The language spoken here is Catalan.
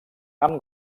amb